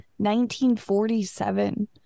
1947